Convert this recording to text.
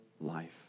life